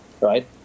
right